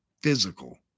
physical